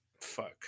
Fuck